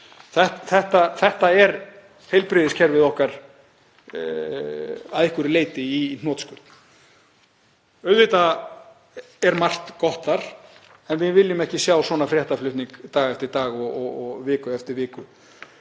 Þetta er heilbrigðiskerfið okkar að einhverju leyti í hnotskurn. Auðvitað er margt gott þar en við viljum ekki sjá svona fréttaflutning dag eftir dag og viku eftir viku.